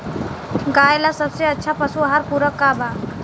गाय ला सबसे अच्छा पशु आहार पूरक का बा?